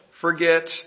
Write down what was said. forget